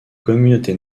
communauté